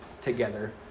together